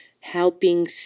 helping